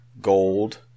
gold